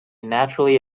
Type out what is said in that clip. naturally